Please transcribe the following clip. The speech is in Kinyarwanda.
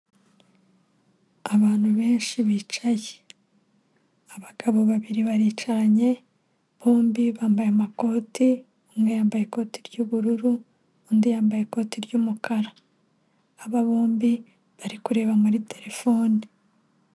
Abantu benshi bicaye abagabo babiri baricaranye, bombi bambaye amakoti, umwe yambaye ikoti ry'ubururu undi yambaye ikoti ry'umukara. Aba bombi bari kureba muri terefone.